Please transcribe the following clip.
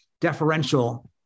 deferential